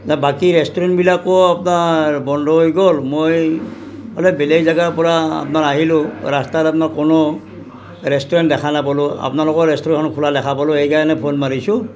বাকী ৰেষ্টোৰেণ্টবিলাকো আপোনাৰ বন্ধ হৈ গ'ল মই অলপ বেলেগ জেগাৰ পৰা আপোনাৰ আহিলোঁ ৰাস্তাত আপোনাৰ কোনো ৰেষ্টুৰেণ্ট দেখা নাপালোঁ আপোনালোকৰ ৰেষ্টুৰেণ্টখন খোলা দেখা পালোঁ সেইকাৰণে ফোন মাৰিছোঁ